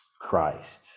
Christ